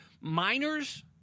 Minors